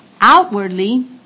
Outwardly